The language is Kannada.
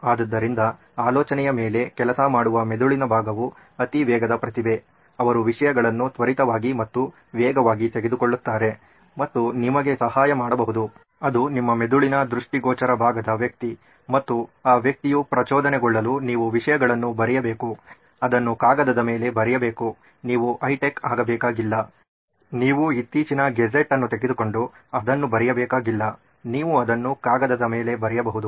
ಆದ್ದರಿಂದ ಆಲೋಚನೆಯ ಮೇಲೆ ಕೆಲಸ ಮಾಡುವ ಮೆದುಳಿನ ಭಾಗವು ಅತಿ ವೇಗದ ಪ್ರತಿಭೆ ಅವರು ವಿಷಯಗಳನ್ನು ತ್ವರಿತವಾಗಿ ಮತ್ತು ವೇಗವಾಗಿ ತೆಗೆದುಕೊಳ್ಳುತ್ತಾರೆ ಮತ್ತು ನಿಮಗೆ ಸಹಾಯ ಮಾಡಬಹುದು ಅದು ನಿಮ್ಮ ಮೆದುಳಿನ ದೃಷ್ಟಿಗೋಚರ ಭಾಗದ ವ್ಯಕ್ತಿ ಮತ್ತು ಆ ವ್ಯಕ್ತಿಯು ಪ್ರಚೋದನೆಗೊಳ್ಳಲು ನೀವು ವಿಷಯಗಳನ್ನು ಬರೆಯಬೇಕು ಅದನ್ನು ಕಾಗದದ ಮೇಲೆ ಬರೆಯಬೇಕು ನೀವು ಹೈಟೆಕ್ ಆಗಬೇಕಾಗಿಲ್ಲ ನೀವು ಇತ್ತೀಚಿನ ಗ್ಯಾಜೆಟ್ ಅನ್ನು ತೆಗೆದುಕೊಂಡು ಅದನ್ನು ಬರೆಯಬೇಕಾಗಿಲ್ಲ ನೀವು ಅದನ್ನು ಕಾಗದದ ಮೇಲೆ ಬರೆಯಬಹುದು